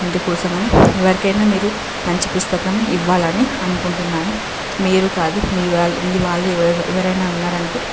అందుకోసమని ఎవరికైనా మీరు మంచి పుస్తకం ఇవ్వాలని అనుకుంటున్నాను మీరు కాదు మీ వా వాళ్ళు ఎవర ఎవరైనా ఉన్నారనుకో